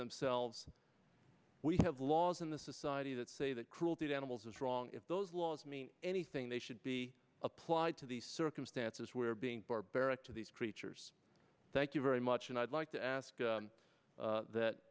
themselves we have laws in the society that say that cruelty to animals is wrong if those laws mean anything they should be applied to the circumstances where being barbaric to these creatures thank you very much and i'd like to ask